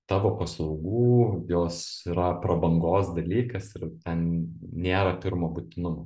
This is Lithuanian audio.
tavo paslaugų jos yra prabangos dalykas ir ten nėra pirmo būtinumo